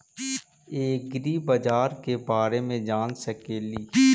ऐग्रिबाजार के बारे मे जान सकेली?